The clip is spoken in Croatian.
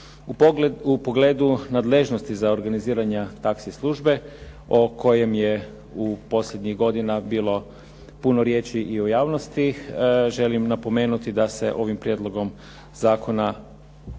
U pogledu nadležnosti za organiziranje taxi službe o kojem je posljednjih godina bilo puno riječi i u javnosti želim napomenuti da se ovim prijedlogom zakona unatoč